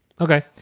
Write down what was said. Okay